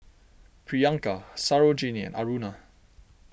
Priyanka Sarojini Aruna